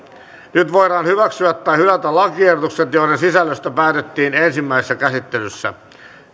nyt voidaan hyväksyä tai hylätä lakiehdotukset joiden sisällöstä päätettiin ensimmäisessä käsittelyssä